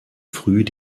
früh